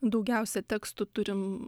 daugiausia tekstų turim